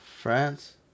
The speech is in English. France